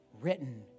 Written